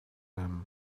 him